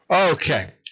Okay